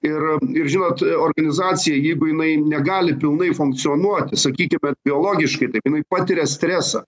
ir ir žinot organizacija jeigu jinai negali pilnai funkcionuoti sakykime biologiškai taip jinai patiria stresą